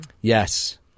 Yes